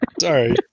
Sorry